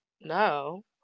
no